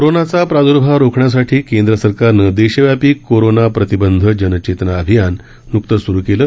कोरोनाचा प्रादुर्भाव रोखण्यासाठी केंद्र सरकारनं देशव्यापी कोरोना प्रतिबंध जन चेतना अभियान न्कतंच स्रु केलं